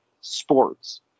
sports